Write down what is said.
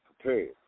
prepared